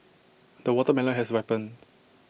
the watermelon has ripened